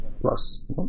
Plus